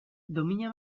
domina